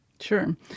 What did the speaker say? sure